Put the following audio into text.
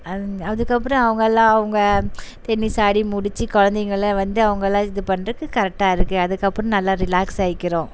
அது அதுக்கப்புறம் அவங்க எல்லாம் அவங்க டென்னிஸ் ஆடி முடித்து குழந்தைங்கள்லாம் வந்து அவங்கள்லாம் இது பண்ணுறதுக்கு கரெக்டாக இருக்குது அதுக்கப்புறம் நல்லா ரிலாக்ஸ் ஆகிக்கிறோம்